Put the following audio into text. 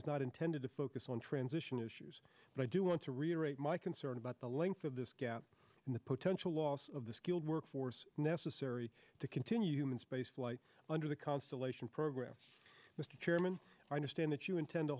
is not intended to focus on transition issues but i do want to reiterate my concern about the length of this gap and the potential loss of the skilled work force necessary to continue human spaceflight under the constellation program mr chairman i understand that you intend to